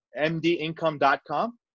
mdincome.com